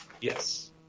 Yes